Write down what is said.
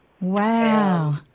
Wow